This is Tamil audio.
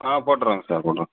ஆ போட்டுருவாங்க சார் போட்டுருவாங்க